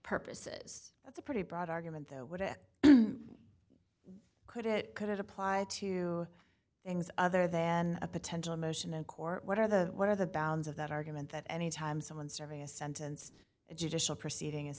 purposes that's a pretty broad argument though what it could it could apply to things other than a potential motion in court what are the what are the bounds of that argument that anytime someone serving a sentence a judicial proceeding is